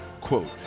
quote